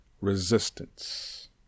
resistance